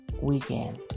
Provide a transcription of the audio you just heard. weekend